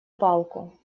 палку